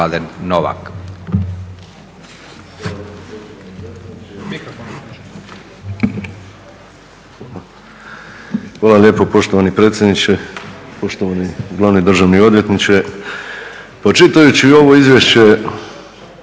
Hvala lijepo poštovani predsjedniče. Poštovani glavni državni odvjetniče. Pa čitajući ovo izvješće